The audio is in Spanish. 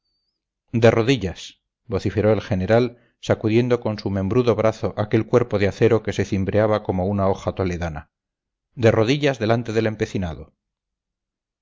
de rodillas vociferó el general sacudiendo con su membrudo brazo aquel cuerpo de acero que se cimbreaba como una hoja toledana de rodillas delante del empecinado